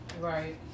Right